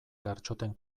gartxoten